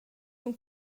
cun